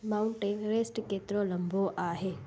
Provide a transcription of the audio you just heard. mount Everest केतिरो लंबो आहे